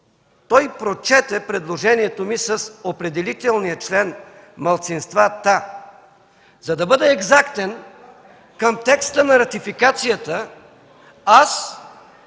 Той прочете предложението с определителния член „малцинствата”. За да бъда екзактен към текста на ратификацията аз